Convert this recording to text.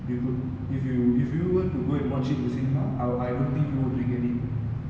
while we are still on the topic of uh cinemas right do you know golden village and cathay have merged